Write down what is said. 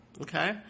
Okay